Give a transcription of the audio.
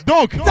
Donc